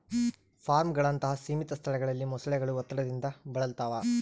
ಫಾರ್ಮ್ಗಳಂತಹ ಸೀಮಿತ ಸ್ಥಳಗಳಲ್ಲಿ ಮೊಸಳೆಗಳು ಒತ್ತಡದಿಂದ ಬಳಲ್ತವ